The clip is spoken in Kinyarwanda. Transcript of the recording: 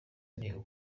imihigo